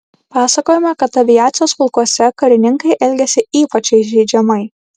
pasakojama kad aviacijos pulkuose karininkai elgėsi ypač įžeidžiamai